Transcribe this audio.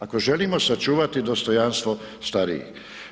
Ako želimo sačuvati dostojanstvo starijih.